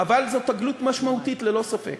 אבל זאת תגלית משמעותית, ללא ספק.